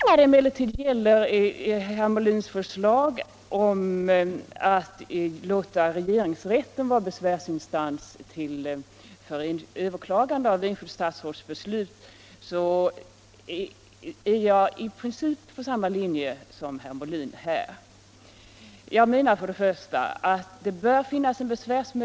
Herr talman! Jag tänker ta upp två punkter. Jag har avgivit ett särskilt yttrande när det gäller besvärsrätten. Fråga har här varit om möjlighet att överklaga enskilt statsråds beslut. I denna fråga föreligger en reservation från herr Molin. Utskottet har intagit ståndpunkten att det bästa vore att skapa en besvärsväg till regeringen. Jag har inte kunnat ansluta mig till den uppfattningen. Jag håller i stort sett med herr Molin om hans påpekanden här i dag.